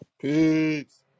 Peace